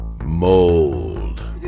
Mold